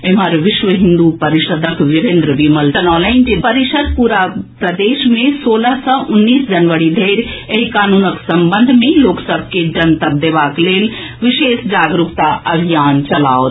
एम्हर विश्व हिन्दू परिषद्क वीरेन्द्र विमल जनौलनि जे परिषद् पूरा प्रदेश मे सोलह सँ उन्नीस जनवरी धरि एहि कानूनक संबंध मे लोकसभ के जनतब देबाक लेल विशेष जागरूकता अभियान चलाओत